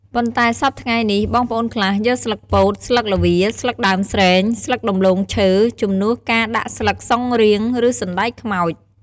ប៉ុន្ដែសព្វថ្ងៃមានបងប្អូនខ្លះ យកស្លឹកពោត ស្លឹកល្វា ស្លឹកដើមស្រេង ស្លឹកដំឡូងឈើ ជំនួសការដាក់ស្លឹកស៊ុនរៀងឬសណ្តែកខ្មោច។